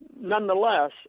Nonetheless